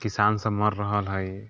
किसान सब मरि रहल हय